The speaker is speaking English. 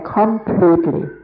completely